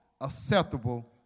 acceptable